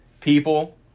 people